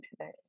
today